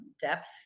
depth